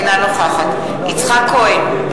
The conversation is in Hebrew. אינה נוכחת יצחק כהן,